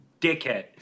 dickhead